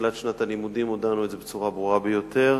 מתחילת שנת הלימודים הודענו את זה בצורה ברורה ביותר,